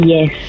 Yes